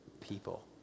people